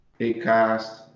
Acast